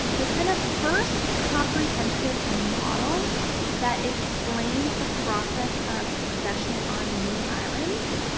the kind of first comprehensive model that explains the process of succession on new islands